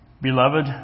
Beloved